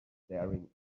staring